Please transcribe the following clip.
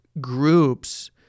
groups